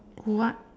what